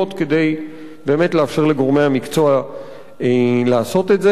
כדי באמת לאפשר לגורמי המקצוע לעשות את זה.